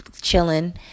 chilling